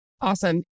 Awesome